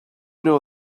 know